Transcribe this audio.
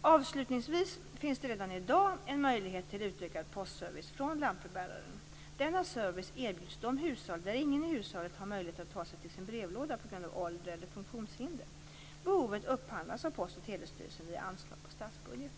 Avslutningsvis finns det redan i dag en möjlighet till utökad postservice från lantbrevbäraren. Denna service erbjuds de hushåll där ingen i hushållet har möjlighet att ta sig till sin brevlåda på grund av ålder eller funktionshinder. Behovet upphandlas av Postoch telestyrelsen via anslag på statsbudgeten.